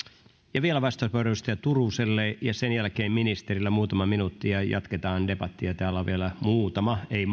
ja vielä vastauspuheenvuoro edustaja turuselle ja sen jälkeen ministerille muutama minuutti sitten jatketaan debattia täällä on vielä muutama ei